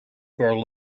grow